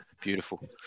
Beautiful